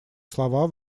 слова